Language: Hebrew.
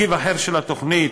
מרכיב אחר של התוכנית,